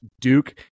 Duke